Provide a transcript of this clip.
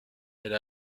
elle